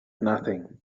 nothing